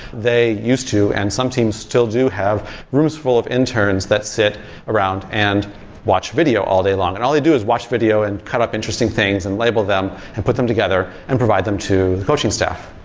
they used too, and some teams still do have rooms full of interns that sit around and watch video all day long. all they do is watch video and cut up interesting things and label them and put them together and provide them to the coaching staff.